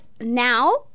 now